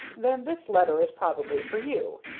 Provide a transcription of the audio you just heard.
then this letter is probably for you.